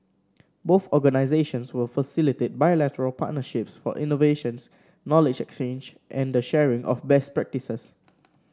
both organisations will facilitate bilateral partnerships for innovations knowledge exchange and the sharing of best practices